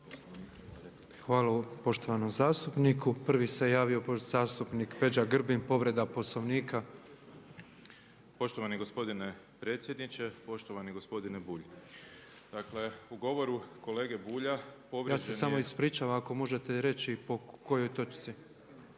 Hvala poštovanom zastupniku. Prvi se javio zastupnik Peđa Grbin, povreda Poslovnika. **Grbin, Peđa (SDP)** Poštovani gospodine predsjedniče, poštovani gospodine Bulj. Dakle u govoru kolege Bulja povrijeđen je… …/Upadica predsjednik: Ja se samo ispričavam, ako možete reći po kojoj točci.